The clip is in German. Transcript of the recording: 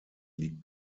liegt